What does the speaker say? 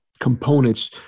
components